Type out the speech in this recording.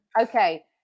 Okay